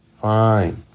Fine